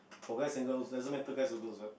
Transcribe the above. for guys and girls doesn't matter guys or girls what